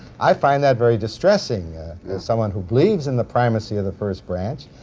i find that very distressing as someone who believes in the primacy of the first branch.